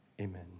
Amen